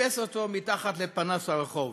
וחיפש אותו מתחת לפנס הרחוב.